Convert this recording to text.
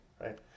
Right